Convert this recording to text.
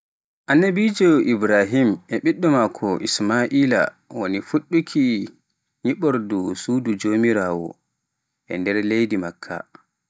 Annabiijo Ibrahin e ɓiɗɗo maako Ismal'ila wone foɗɗuki nyiɓordu sudu jomiraawo e nder leydi Makka.